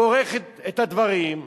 כורך את הדברים,